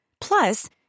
Plus